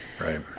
Right